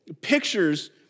pictures